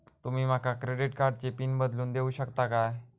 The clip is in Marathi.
तुमी माका क्रेडिट कार्डची पिन बदलून देऊक शकता काय?